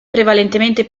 prevalentemente